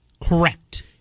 Correct